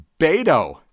Beto